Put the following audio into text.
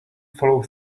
follow